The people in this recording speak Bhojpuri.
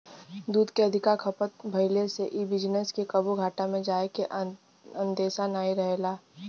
दूध के अधिका खपत भइले से इ बिजनेस के कबो घाटा में जाए के अंदेशा नाही रहेला